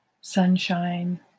sunshine